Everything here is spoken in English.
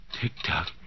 Tick-tock